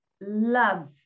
love